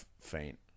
faint